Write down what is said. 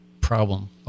problem